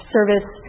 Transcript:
Service